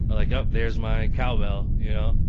like, oh, there's my cowbell, you know?